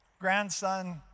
grandson